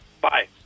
Bye